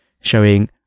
showing